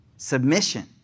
Submission